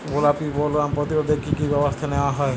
গোলাপী বোলওয়ার্ম প্রতিরোধে কী কী ব্যবস্থা নেওয়া হয়?